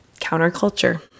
counterculture